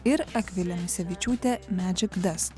ir akvilė misevičiūtė medžik dast